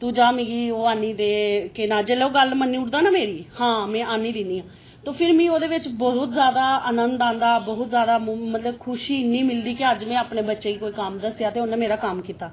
तू जा मिगी ओह् आहन्नी दे जेल्लै ओह् गल्ल मन्नी ओड़दा ना मेरी हां में आनी दिन्नियां ते फिरी मिगी ओह्दे बिच्च बहुत जैदा आनंद आंदा बहुत जैदा खुशी इ'न्नी मिलदी कि अज्ज में अपने बच्चें गी कोई कम्म दस्सेआ ते उन्नै मेरा कम्म कीता